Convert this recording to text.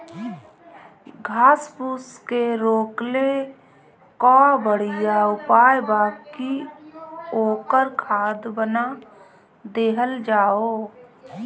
घास फूस के रोकले कअ बढ़िया उपाय बा कि ओकर खाद बना देहल जाओ